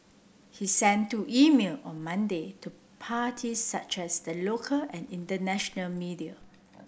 he sent two email on Monday to parties such as the local and international media